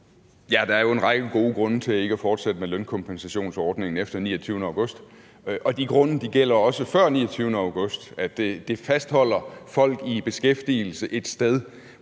Der er jo en række gode grunde til ikke at fortsætte med lønkompensationsordningen efter 29. august, og de grunde gælder også før 29. august, nemlig at det fastholder folk i beskæftigelse et sted,